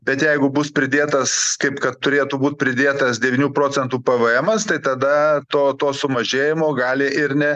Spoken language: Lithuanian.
bet jeigu bus pridėtas kaip kad turėtų būt pridėtas devynių procentų pėvėemas tai tada to to sumažėjimo gali ir ne